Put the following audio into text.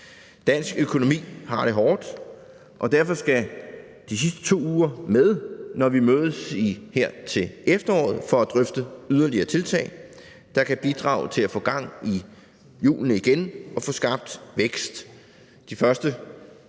Dansk økonomi har det hårdt, og derfor skal de sidste 2 uger med, når vi mødes her til efteråret for at drøfte yderligere tiltag, der kan bidrage til at få gang i hjulene igen og få skabt vækst.